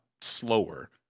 slower